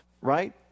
right